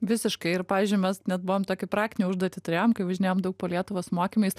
visiškai ir pavyzdžiui mes net buvom tokį praktinę užduotį turėjom kai važinėjom daug po lietuvą mokymais